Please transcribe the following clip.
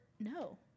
No